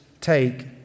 take